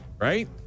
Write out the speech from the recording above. right